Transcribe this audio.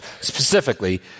specifically